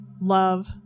love